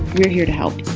we're here to help.